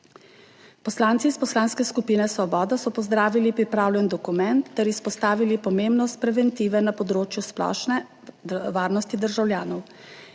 Poslanci iz Poslanske skupine Svoboda so pozdravili pripravljen dokument ter izpostavili pomembnost preventive na področju splošne varnosti državljanov.